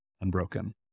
unbroken